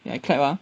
I clap ah